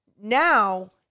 now